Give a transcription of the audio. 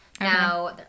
Now